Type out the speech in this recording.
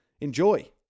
Enjoy